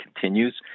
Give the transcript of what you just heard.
continues